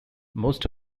most